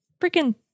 freaking